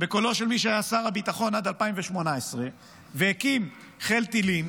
בקולו של מי שהיה שר הביטחון עד 2018 והקים חיל טילים,